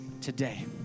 today